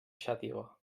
xàtiva